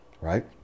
right